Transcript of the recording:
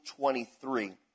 23